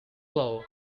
floor